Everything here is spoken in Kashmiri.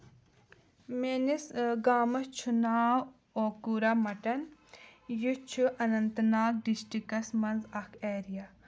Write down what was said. میٲنِس گامَس چھُ ناو اوکوٗرا مٹن یہِ چھُ اننت ناگ ڈِسٹرکَس منٛز اکھ ایریا